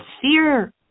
fear